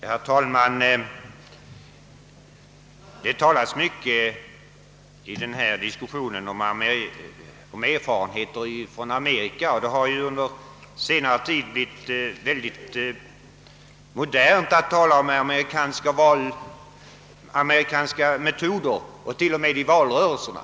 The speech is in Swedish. Herr talman! Det talas i denna diskussion mycket om erfarenheter från Amerika, och det har under senare tid blivit mycket modernt att tala om amerikanska metoder t.o.m. i valrörelserna.